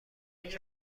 کردند